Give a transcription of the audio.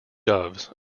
doves